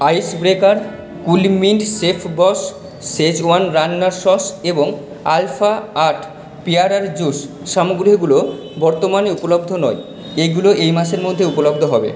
আইস breaker coolmint chef boss schezwan রান্নার sauce এবং alpha আট পেয়ারার জুস সামগ্রীগুলো বর্তমানে উপলব্ধ নয় এগুলো এই মাসের মধ্যে উপলব্ধ হবে